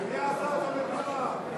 מי עשה את המלחמה?